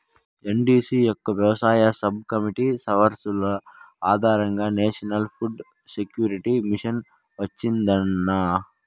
NDC యొక్క వ్యవసాయ sub committee సిఫార్సుల ఆధారంగా ఈ నేషనల్ ఫుడ్ సెక్యూరిటీ మిషన్ వచ్చిందన్న